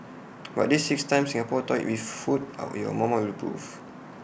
but these six times Singapore toyed with food off your mama will approve